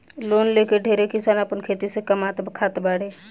loan लेके ढेरे किसान आपन खेती से कामात खात बाड़े